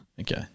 Okay